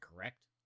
correct